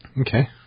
Okay